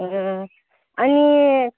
अँ अनि